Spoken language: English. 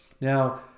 Now